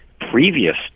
previous